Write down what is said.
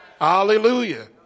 hallelujah